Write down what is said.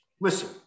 Listen